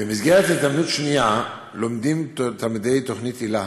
במסגרת "ההזדמנות השנייה" לומדים תלמידי תוכנית היל"ה,